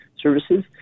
services